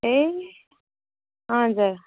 ए हजुर